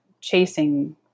chasing